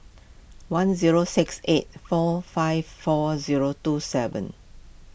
one zero six eight four five four zero two seven